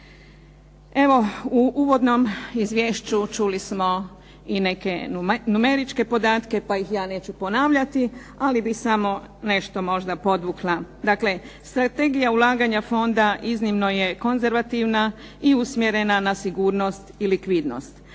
Evo u uvodnom izvješću čuli smo i neke numeričke podatke pa ih ja neću ponavljati, ali bih samo nešto možda podvukla. Dakle, strategija ulaganja fonda iznimno je konzervativna i usmjerena na sigurnost i likvidnost.